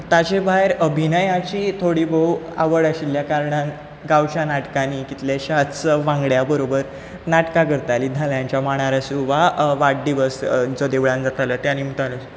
ताजे भायर अभिनयाची थोडी भोव आवड आशिल्ल्या कारणान गांवच्या नाटकांनी कितल्याश्याच वांगड्या बरोबर नाटकां करताली धाल्यांच्या मांडार आसूं वा वाडदिवस जो देवळान जातालो त्या निमतान आसूं